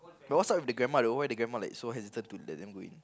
but what's up with the grandma why the grandma like so hesitant to let them do it